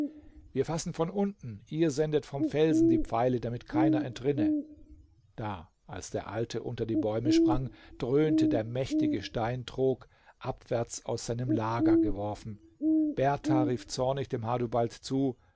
wir fassen von unten ihr sendet vom felsen die pfeile damit keiner entrinne da als der alte unter die bäume sprang dröhnte der mächtige steintrog abwärts aus seinem lager geworfen berthar rief zornig dem hadubald zu